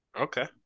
Okay